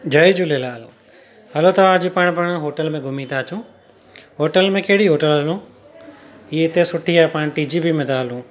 जय Jhulelal hello तव्हां अॼु पाण पाण होटल में घुमी था अचूं होटल में कहिड़ी होटल वञूं इए हिते सुठी आहे पाण टी जी बी में था हलूं